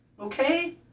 Okay